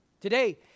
Today